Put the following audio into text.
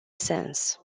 sens